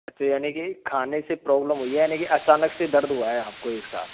अच्छा यानि कि खाने से प्रॉब्लम हुई है यानि कि अचानक से दर्द हुआ है आपको एक साथ